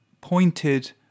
pointed